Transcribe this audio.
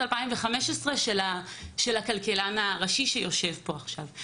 2015 של הכלכלן הראשי שיושב פה עכשיו.